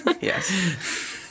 yes